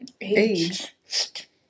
age